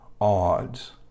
odds